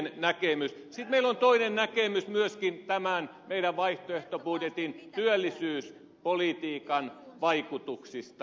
sitten meillä on toinen näkemys myöskin tämän meidän vaihtoehtobudjettimme työllisyyspolitiikan vaikutuksista